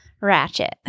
ratchet